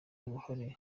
uruhare